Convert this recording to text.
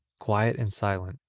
quiet and silent,